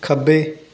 ਖੱਬੇ